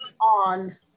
on